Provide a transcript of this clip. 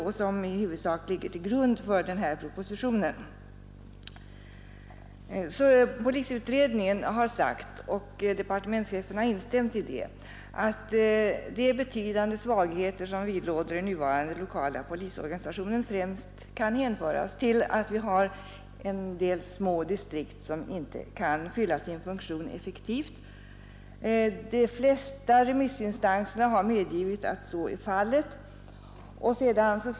Samtliga av utskottets ledamöter har också instämt däri, vilket vi nyss har fått bekräftat av herr Westberg i Ljusdal.